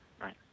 right